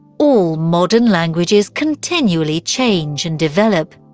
all modern languages continually change and develop.